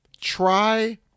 try